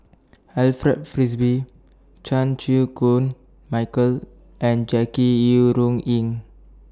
Alfred Frisby Chan Chew Koon Michael and Jackie Yi Ru Ying